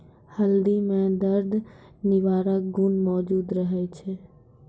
हल्दी म दर्द निवारक गुण मौजूद रहै छै